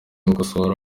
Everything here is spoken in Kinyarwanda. gukosora